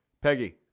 Peggy